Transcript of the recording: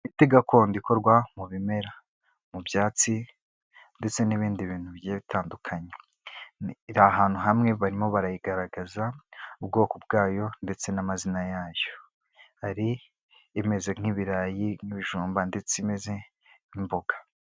Imite gakondo ikorwa mu bimera mu byatsi ndetse n'ibindi bintu biye bitandukanye, biri ahantu hamwe barimo barayigaragaza, ubwoko bwayo ndetse n'amazina yayo, hari imeze nk'ibirayi nk'ibijumba ndetse imeze nk'imboga.